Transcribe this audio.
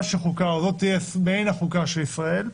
מעין חוקה של ישראל.